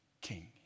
king